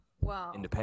Wow